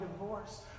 divorce